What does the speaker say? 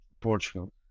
Portugal